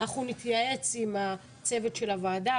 אנחנו נתייעץ עם הצוות של הוועדה,